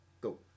Go